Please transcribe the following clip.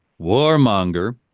Warmonger